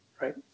right